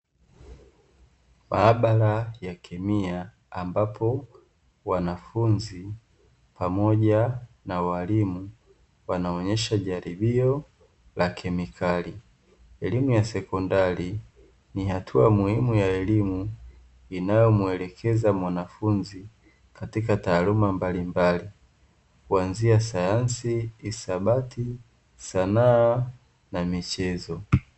Maabara ya kemia ambapo wanafunzi pamoja na walimu wanaonyesha jaribio la kemikali. Elimu ya sekondari ni hatua muhimu ya elimu inayomwelekeza mwanafunzi katika taaluma mbalimbali, kuanzia sayansi, hisabati, sanaa na michezo.